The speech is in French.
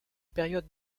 période